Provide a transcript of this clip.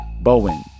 Bowen